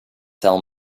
tell